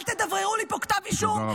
אל תדבררו לי פה כתב אישום -- תודה רבה.